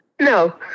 No